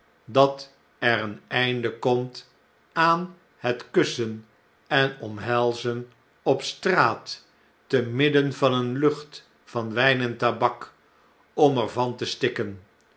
dat er een einde komt aan het kussen en omhelzen op straat te midden van een lucht van wijn en tabak om er van te stikken